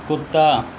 کتّا